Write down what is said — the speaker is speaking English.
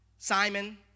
Simon